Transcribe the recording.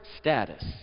status